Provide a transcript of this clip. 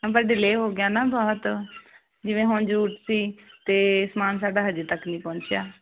ma'am ਪਰ delay ਹੋ ਗਿਆ ਨਾ ਬਹੁਤ ਜਿਵੇਂ ਹੁਣ ਜਰੂਰ ਸੀ ਤੇ ਸਮਾਨ ਸਾਡਾ ਹਜੇ ਤੱਕ ਨਹੀਂ ਪਹੁੰਚਿਆ